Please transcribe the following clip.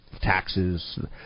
Taxes